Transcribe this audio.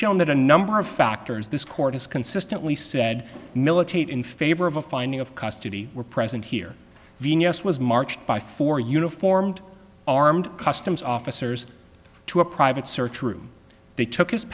shown that a number of factors this court has consistently said militate in favor of a finding of custody were present here venus was marched by four uniformed armed customs officers to a private search room they took his